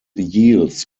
yields